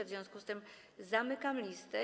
W związku z tym zamykam listę.